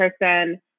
person